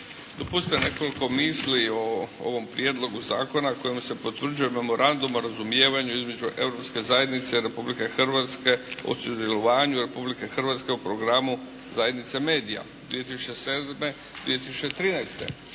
Dopustite nekoliko misli o ovom Prijedlogu zakona kojim se potvrđuje Memorandum o razumijevanju između Europske zajednice i Republike Hrvatske o sudjelovanju Republike Hrvatske u programu zajednice MEDIA 2007. – 2013.